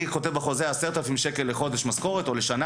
אני כותב בחוזה: 10,000 שקל משכורת לחודש או לשנה.